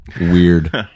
weird